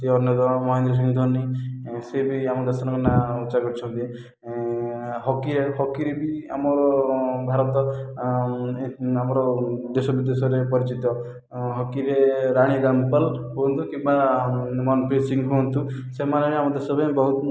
ସିଏ ଅନ୍ୟତମ ମହେନ୍ଦ୍ର ସିଂ ଧୋନି ସିଏ ବି ଆମ ଦେଶର ନାଁ ଉଚ୍ଚା କରିଛନ୍ତି ହକିରେ ହକିରେ ବି ଆମର ଭାରତ ଆମର ଦେଶ ବିଦେଶରେ ପରିଚିତ ହକିରେ ରାଣୀ ରାମପାଲ୍ ହୁଅନ୍ତୁ କିମ୍ବା ମନପ୍ରୀତ ସିଂ ହୁଅନ୍ତୁ ସେମାନେ ହେଲେ ଆମ ଦେଶ ପାଇଁ ବହୁତ